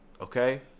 okay